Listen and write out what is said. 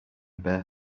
bare